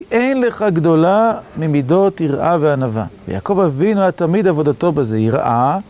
אין לך גדולה ממידות יראה וענווה. ויעקב אבינו היה תמיד עבודתו בזה, יראה.